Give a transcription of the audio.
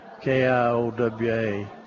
K-I-O-W-A